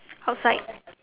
outside